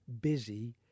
busy